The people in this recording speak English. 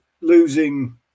losing